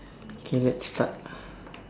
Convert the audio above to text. okay let's start